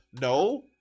No